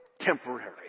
temporary